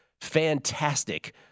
fantastic